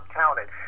counted